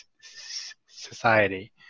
society